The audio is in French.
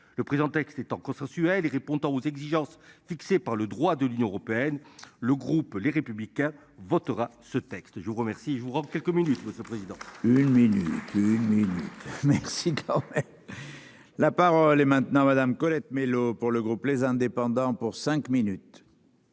le présent texte étant consensuels répondant aux exigences fixées par le droit de l'Union européenne, le groupe Les Républicains votera ce texte, je vous remercie, je vous quelques minutes. Votre président, une minute, une minute. Merci ciao. La parole est maintenant Madame, Colette Mélot pour le groupe les indépendants pour cinq minutes.